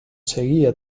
seguía